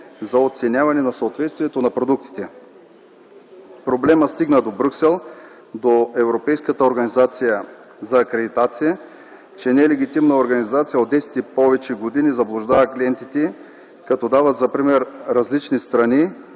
за оценяване на съответствието на продуктите”. Проблемът стигна до Брюксел, до Европейската организация за акредитация, че нелегитимна организация от 10 и повече години заблуждава клиентите, като дават за пример различни страни,